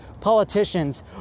politicians